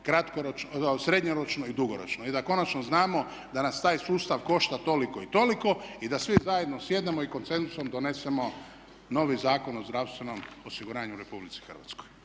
srednjeročno i dugoročno i da konačno znamo da nas taj sustav košta toliko i toliko i da svi zajedno sjednemo i konsenzusom donesemo novi Zakon o zdravstvenom osiguranju u RH. Dok toga